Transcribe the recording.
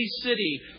city